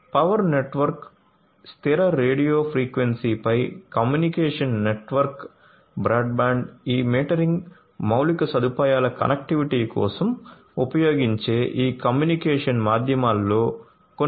power network స్థిర radio ఫ్రీక్వెన్సీపై communication network broadband ఈ మీటరింగ్ మౌలిక సదుపాయాల కనెక్టివిటీ కోసం ఉపయోగించే ఈ కమ్యూనికేషన్ మాధ్యమాలలో కొన్ని